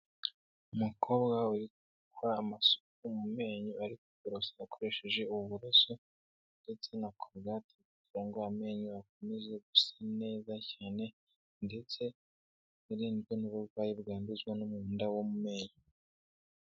Umukobwa uri gukora amasuku mu menyo ari kuborosa akoresheje uburoso ndetse na corogati kugira ngo amenyo akomeze gusa neza cyane, ndetse yirinde n'uburwayi bwanduzwa n'umwanda wo mu menyo.